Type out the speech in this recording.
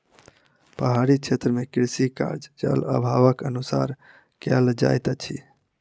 पहाड़ी क्षेत्र मे कृषि कार्य, जल अभावक अनुसार कयल जाइत अछि